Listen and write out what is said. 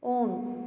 on